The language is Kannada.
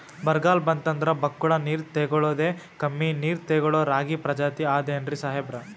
ಬರ್ಗಾಲ್ ಬಂತಂದ್ರ ಬಕ್ಕುಳ ನೀರ್ ತೆಗಳೋದೆ, ಕಮ್ಮಿ ನೀರ್ ತೆಗಳೋ ರಾಗಿ ಪ್ರಜಾತಿ ಆದ್ ಏನ್ರಿ ಸಾಹೇಬ್ರ?